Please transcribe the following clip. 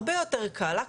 הרבה יותר קל לה,